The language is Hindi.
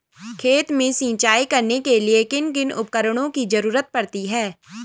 खेत में सिंचाई करने के लिए किन किन उपकरणों की जरूरत पड़ती है?